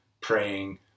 praying